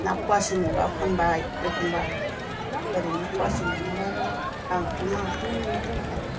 ना पवासे मोनब्ला फानबाय एखमब्ला ओरैनो पवासे मोनाब्लाबो आंथ' नाखौनो मोननो रोंखाया